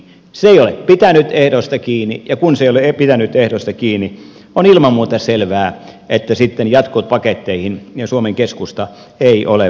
se ei ole pitänyt ehdoista kiinni ja kun se ei ole pitänyt ehdoista kiinni on ilman muuta selvää että sitten jatkopaketteihin suomen keskusta ei ole valmis